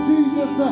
Jesus